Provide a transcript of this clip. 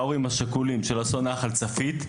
ההורים השכולים של אסון נחל צפית,